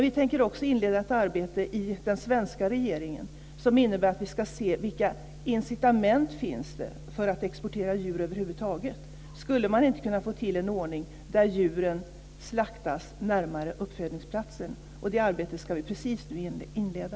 Vi tänker också inleda ett arbete i den svenska regeringen, som innebär att vi ska se vilka incitament som finns för att exportera djur över huvud taget, om det går att få till en ordning där djuren slaktas närmare uppfödningsplatsen. Det arbetet ska vi precis nu inleda.